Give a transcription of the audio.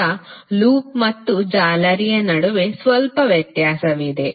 ಈಗ ಲೂಪ್ ಮತ್ತು ಜಾಲರಿಯ ನಡುವೆ ಸ್ವಲ್ಪ ವ್ಯತ್ಯಾಸವಿದೆ